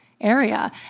area